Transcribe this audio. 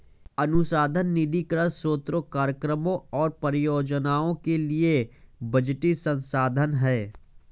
अनुसंधान निधीकरण स्रोत कार्यक्रमों और परियोजनाओं के लिए बजटीय संसाधन है